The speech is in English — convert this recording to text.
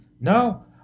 no